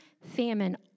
famine